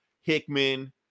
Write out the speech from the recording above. Hickman